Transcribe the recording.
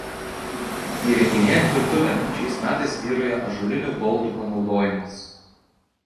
įrenginėjant virtuvę šiais metais vyrauja ąžuolinių baldų panaudojimas